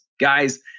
Guys